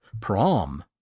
Prom